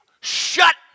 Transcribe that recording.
shut